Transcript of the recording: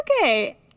Okay